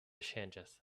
changes